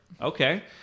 Okay